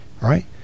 right